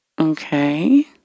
Okay